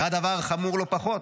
אירע דבר חמור לא פחות: